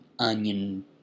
onion